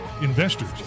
investors